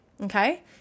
Okay